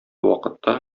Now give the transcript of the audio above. вакытта